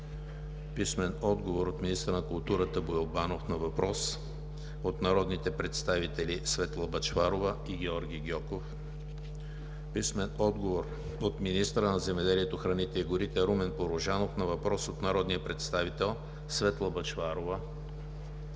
Гьоков; - министъра на културата Боил Банов на въпрос от народните представители Светла Бъчварова и Георги Гьоков; - министъра на земеделието, храните и горите Румен Порожанов на въпрос от народния представител Светла Бъчварова;